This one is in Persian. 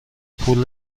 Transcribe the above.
پول